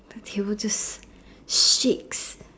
the table just shakes